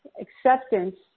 acceptance